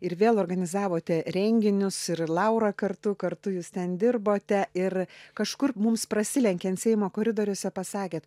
ir vėl organizavote renginius ir laura kartu kartu jūs ten dirbote ir kažkur mums prasilenkiant seimo koridoriuose pasakėt